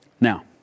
Now